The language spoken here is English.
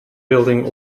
building